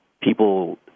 people